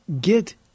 Get